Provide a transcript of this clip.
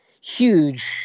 huge